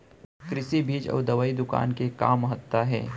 कृषि बीज अउ दवई दुकान के का महत्ता हे?